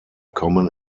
common